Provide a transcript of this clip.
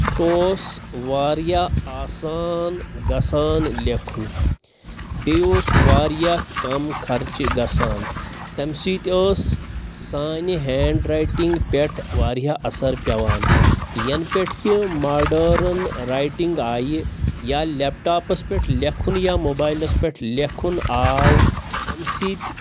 سُہ اوس واریاہ آسان گژھان لیکھُن بیٚیہِ اوس واریاہ کَم خرچہِ گژھان تَمہِ سۭتۍ ٲس سانہِ ہینٛڈ رایٹِنٛگ پٮ۪ٹھ واریاہ اَثر پٮ۪وان یَنہٕ پٮ۪ٹھ یہِ ماڈٲرٕن رایٹِنٛگ آیہِ یا لیپٹاپَس پٮ۪ٹھ لیٚکھُن یا موبایلَس پٮ۪ٹھ لیکھُن آو اَمہِ سۭتۍ